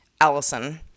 Allison